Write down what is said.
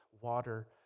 water